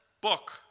book